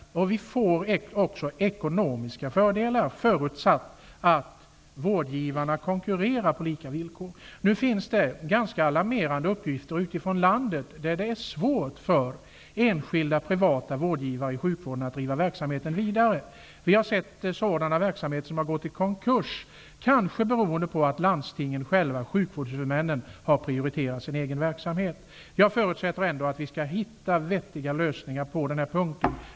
Vi får också ekonomiska fördelar, förutsatt att vårdgivarna konkurrerar på lika villkor. Nu finns det ganska alarmerande uppgifter utifrån landet där det framgår att det är svårt för enskilda privata vårdgivare i sjukvården att driva verksamheten vidare. Det finns exempel på verksamheter som har gått i konkurs, kanske beroende på att landstingen, sjukvårdshuvudmännen, har prioriterat sin egen verksamhet. Jag förutsätter ändock att vi skall finna vettiga lösningar på den här punkten.